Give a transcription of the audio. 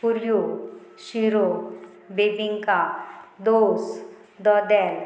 पुरयो शिरो बेबिंका दोस दोदेल